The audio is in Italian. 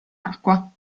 acqua